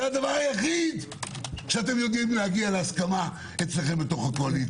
הדבר היחיד שאתם יודעים להגיע להסכמה אצלכם בתוך הקואליציה.